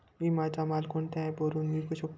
मी माझा माल कोणत्या ॲप वरुन विकू शकतो?